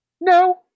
No